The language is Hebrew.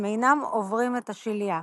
הם אינם עוברים את השליה.